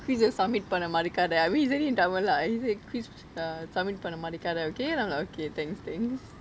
quiz submit பன்ன மறக்காத:panna marakaathe I mean he said it in tamil lah he said quiz uh submit பன்ன மறக்காத:panna marakaathe okay okay thanks thanks